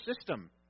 system